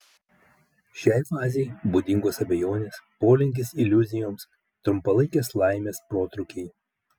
šiai fazei būdingos abejonės polinkis iliuzijoms trumpalaikės laimės protrūkiai